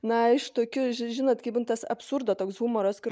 na iš tokių žinot kaip būna tas absurdo toks humoras kai